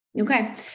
Okay